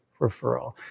referral